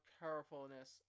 carefulness